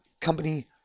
company